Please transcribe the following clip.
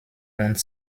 und